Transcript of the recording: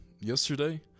yesterday